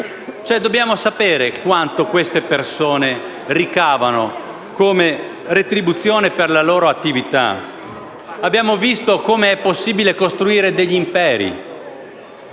Dobbiamo sapere quanto queste persone ricavano come retribuzione per la loro attività. Abbiamo visto come è possibile costruire degli imperi.